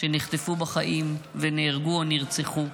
שנחטפו בחיים ונהרגו או נרצחו.